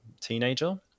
teenager